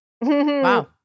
wow